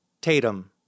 Tatum